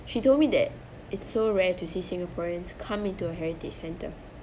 she told me that it's so rare to see singaporeans come into a heritage centre